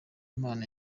mpano